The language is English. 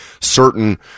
certain